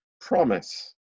promise